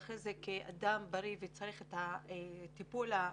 ואחרי זה כאדם בריא שצריך את הטיפול הנחוץ.